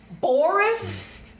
Boris